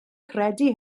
credu